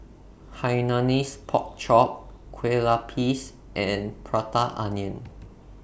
Hainanese Pork Chop Kueh Lapis and Prata Onion